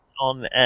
on